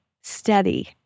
steady